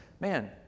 man